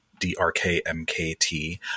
DRKMKT